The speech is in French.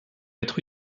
être